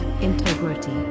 integrity